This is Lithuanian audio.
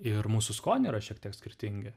ir mūsų skoniai yra šiek tiek skirtingi